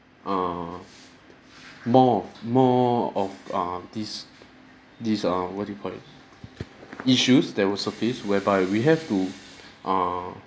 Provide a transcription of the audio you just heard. err more more of err this this err what do you call it issues that will surface whereby we have to err